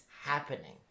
happening